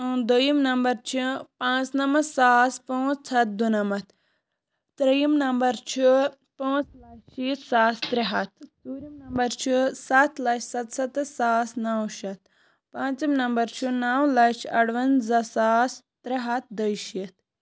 دوٚیِم نمبر چھِ پانٛژھ نَمَتھ ساس پانٛژھ ہَتھ دُنَمَتھ ترٛیٚیِم نمبر چھُ پانٛژھ لَچھ شیٖتھ ساس ترٛےٚ ہَتھ ژوٗرِم نمبر چھُ سَتھ لَچھ سَتسَتَتھ ساس نَو شیٚتھ پونٛژِم نمبر چھُ نَو لَچھ اَرونٛزہ ساس ترٛےٚ ہَتھ دوٚیہِ شیٖتھ